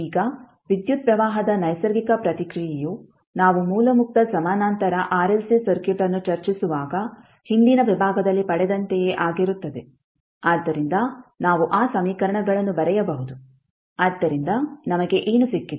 ಈಗ ವಿದ್ಯುತ್ ಪ್ರವಾಹದ ನೈಸರ್ಗಿಕ ಪ್ರತಿಕ್ರಿಯೆಯು ನಾವು ಮೂಲ ಮುಕ್ತ ಸಮಾನಾಂತರ ಆರ್ಎಲ್ಸಿ ಸರ್ಕ್ಯೂಟ್ ಅನ್ನು ಚರ್ಚಿಸುವಾಗ ಹಿಂದಿನ ವಿಭಾಗದಲ್ಲಿ ಪಡೆದಂತೆಯೇ ಆಗಿರುತ್ತದೆ ಆದ್ದರಿಂದ ನಾವು ಆ ಸಮೀಕರಣಗಳನ್ನು ಬರೆಯಬಹುದು ಆದ್ದರಿಂದ ನಮಗೆ ಏನು ಸಿಕ್ಕಿತು